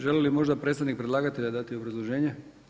Želi li možda predstavnik predlagatelja dati obrazloženje?